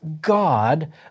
God